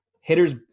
hitters